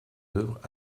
œuvres